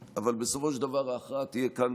ובסופו של דבר ההכרעה תהיה כאן,